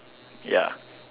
ya